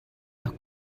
nach